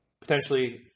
potentially